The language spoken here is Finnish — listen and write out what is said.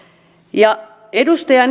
edustaja